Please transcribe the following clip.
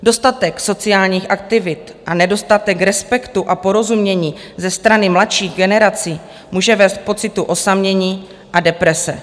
Dostatek sociálních aktivit a nedostatek respektu a porozumění ze strany mladších generací může vést k pocitu osamění a deprese.